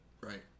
Right